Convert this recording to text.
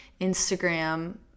Instagram